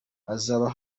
hazaba